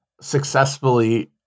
successfully